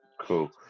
Cool